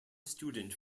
student